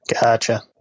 Gotcha